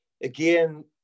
again